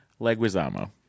Leguizamo